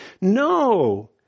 no